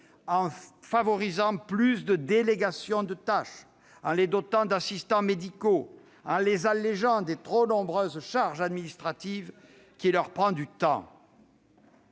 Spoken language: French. en favorisant la délégation de plus de tâches, en les dotant d'assistants médicaux et en les allégeant des trop nombreuses charges administratives, qui leur prennent du temps.